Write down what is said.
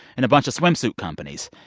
and a bunch of swimsuit companies.